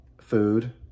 food